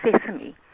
sesame